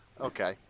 okay